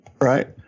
right